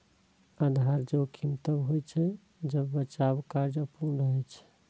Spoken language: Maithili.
आधार जोखिम तब होइ छै, जब बचाव कार्य अपूर्ण रहै छै